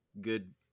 good